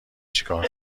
چیکار